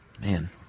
Man